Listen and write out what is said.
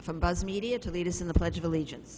from buzz media to lead us in the pledge of allegiance